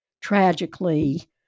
tragically